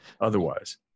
otherwise